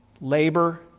labor